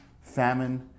famine